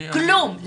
כלום.